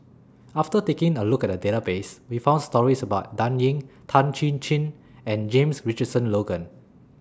after taking A Look At The Database We found stories about Dan Ying Tan Chin Chin and James Richardson Logan